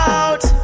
out